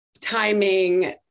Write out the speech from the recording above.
timing